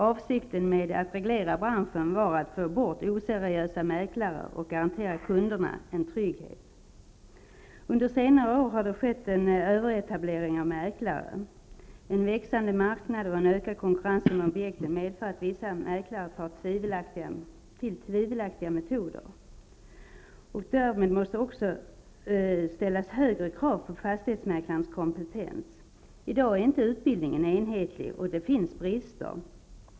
Avsikten med att reglera branschen var att få bort oseriösa mäklare och att garantera kunderna en trygghet. Under senare år har det skett en överetablering av mäklare. En växande marknad och en ökad konkurrens medför att vissa mäklare tar till tvivelaktiga metoder. Mot denna bakgrund måste högre krav ställas på fastighetsmäklarens kompetens. I dag är utbildningen inte enhetlig, och den uppvisar brister.